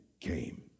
came